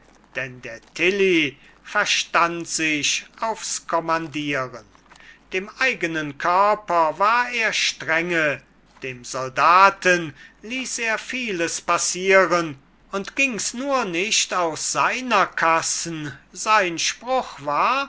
denn der tilly verstand sich aufs kommandieren dem eigenen körper war er strenge dem soldaten ließ er vieles passieren und gings nur nicht aus seiner kassen sein spruch war